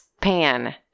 pan